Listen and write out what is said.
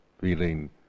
feeling